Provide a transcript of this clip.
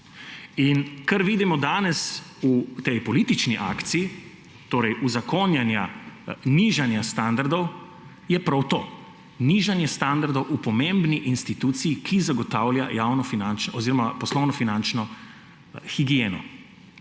Kar vidimo danes v tej politični akciji uzakonjanja nižanja standardov, je prav to. Nižanje standardov v pomembni instituciji, ki zagotavlja javnofinančno oziroma poslovno finančno higieno.